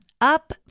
Up